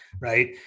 right